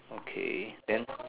okay then